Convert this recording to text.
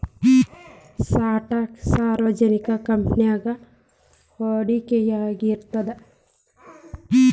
stock ಸಾರ್ವಜನಿಕ ಕಂಪನಿಯಾಗ ಹೂಡಿಕೆಯಾಗಿರ್ತದ